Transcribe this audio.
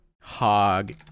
hog